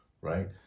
Right